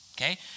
Okay